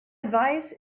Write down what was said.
advice